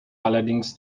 allerdings